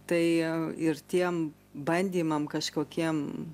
tai ir tiem bandymam kažkokiem